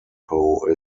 poe